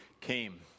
came